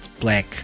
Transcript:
black